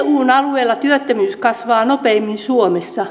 eun alueella työttömyys kasvaa nopeimmin suomessa